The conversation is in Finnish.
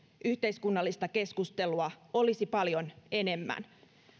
yhteiskunnallista keskustelua olisi paljon enemmän